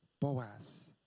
Boaz